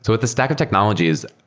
with the stack of technologies,